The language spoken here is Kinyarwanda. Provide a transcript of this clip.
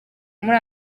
muri